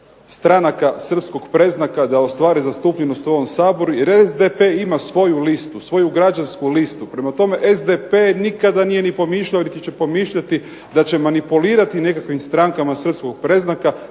stranaka srpskog predznaka da ostvare zastupljenost u ovom Saboru jer SDP ima svoju listu, svoju građansku listu. Prema tome, SDP nikada nije ni pomišljao niti će pomišljati da će manipulirati nekakvim strankama srpskog predznaka